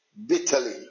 Bitterly